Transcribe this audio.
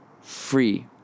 free